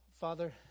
Father